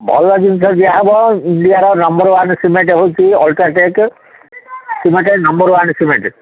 ଭଲ ଜିନିଷ ଦିଆ ହବ ଇଣ୍ଡିଆର ନମ୍ବର ୱାନ୍ ସିମେଣ୍ଟ ହେଉଛି UltraTech cement number one cement